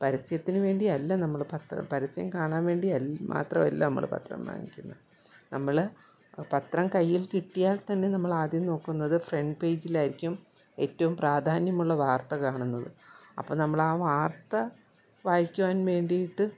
പരസ്യത്തിനുവേണ്ടിയല്ല നമ്മൾ പത്രം പരസ്യം കാണാൻ വേണ്ടി മാത്രമല്ല നമ്മൾ പത്രം വാങ്ങിക്കുന്നത് നമ്മൾ പത്രം കയ്യിൽ കിട്ടിയാൽ തന്നെ നമ്മളാദ്യം നോക്കുന്നത് ഫ്രണ്ട് പേജിലായിരിക്കും ഏറ്റവും പ്രാധാന്യമുള്ള വാർത്ത കാണുന്നത് നമ്മൾ അപ്പോൾ നമ്മളാ വാർത്ത വായിക്കുവാൻ വേണ്ടിയിട്ട്